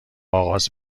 آغاز